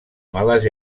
males